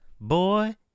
boy